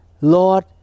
Lord